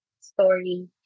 story